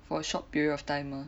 for a short period of time mah